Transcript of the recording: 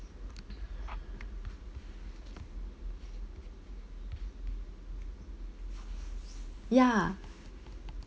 ya